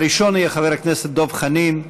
הראשון יהיה חבר הכנסת דב חנין.